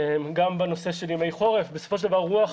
גם בנושא של ימי חורף, בסופו של דבר רוח,